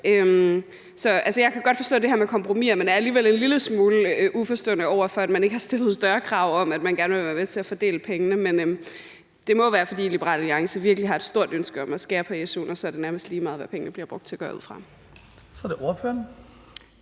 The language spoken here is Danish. Jeg kan godt forstå det her med kompromiser, men jeg er alligevel en lille smule uforstående over for, at man ikke har stillet større krav om, at man gerne vil være med til at fordele pengene. Det må være, fordi Liberal Alliance virkelig har et stort ønske om at skære på su'en, og så er det nærmest lige meget, hvad pengene bliver brugt til, går jeg ud fra. Kl. 16:50 Den